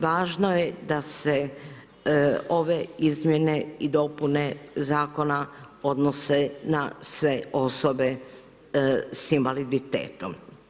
Važno je da se ove izmjene i dopune zakona odnose na sve osobe s invaliditetom.